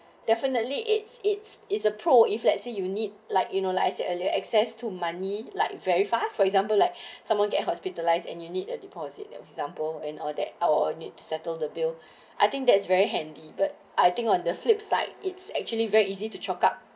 definitely it's it's it's a pro if let's say you need like you know like I said earlier access to money like very fast for example like someone get hospitalised and you need a deposit that example and all that our need to settle the bill I think that's very handy but I think on the flip side it's actually very easy to chalk up